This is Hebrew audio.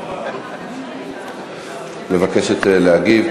מבקשת להגיב?